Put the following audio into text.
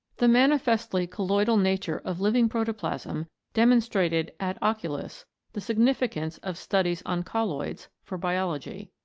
the manifestly colloidal nature of living protoplasm demonstrated ad oculos the significance of studies on colloids for biology.